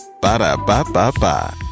Ba-da-ba-ba-ba